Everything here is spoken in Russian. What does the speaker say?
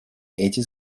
эти